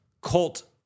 cult